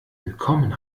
willkommen